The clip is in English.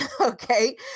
Okay